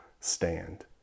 stand